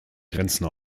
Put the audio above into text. grenzen